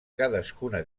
cadascuna